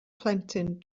plentyn